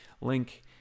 link